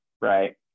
right